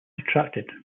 attracted